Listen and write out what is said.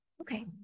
Okay